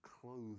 clothes